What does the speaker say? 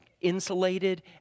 insulated